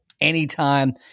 anytime